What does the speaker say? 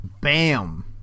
Bam